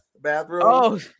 bathroom